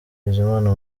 bizimana